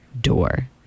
door